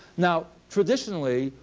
now traditionally,